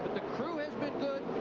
the crew has been good,